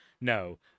no